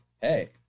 hey